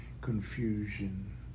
confusion